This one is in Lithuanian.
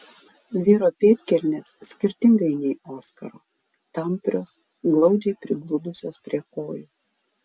vyro pėdkelnės skirtingai nei oskaro tamprios glaudžiai prigludusios prie kojų